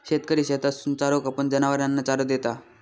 शेतकरी शेतातसून चारो कापून, जनावरांना चारो देता